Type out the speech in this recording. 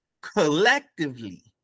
collectively